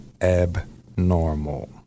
abnormal